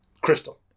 Crystal